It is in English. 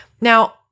Now